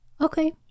Okay